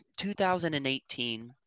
2018